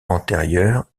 antérieures